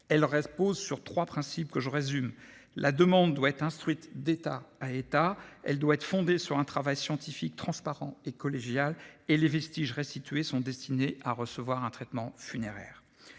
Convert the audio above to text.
les trois principes sur lesquels elle repose : la demande doit être instruite d'État à État ; elle doit être fondée sur un travail scientifique transparent et collégial ; et les vestiges restitués sont destinés à recevoir un traitement funéraire.